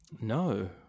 no